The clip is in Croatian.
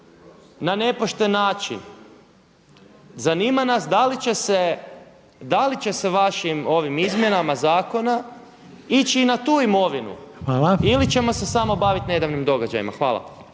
na nepošten način. Zanima nas da li će se vašim ovim izmjenama zakona ići i na tu imovinu ili ćemo se samo baviti nedavnim događajima. Hvala.